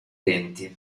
venti